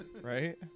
Right